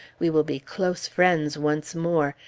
we will be close friends once more.